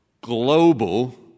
global